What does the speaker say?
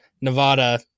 Nevada